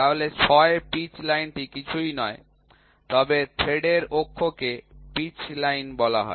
তাহলে ৬ পিচ লাইনটি কিছুই নয় তবে থ্রেডের অক্ষকে পিচ লাইন বলা হয়